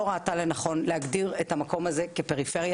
ראתה לנכון להגדיר את המקום הזה כפריפריה,